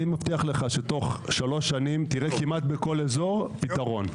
אני מבטיח לך שתוך שלוש שנים תראה כמעט בכל אזור פתרון.